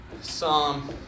psalm